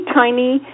tiny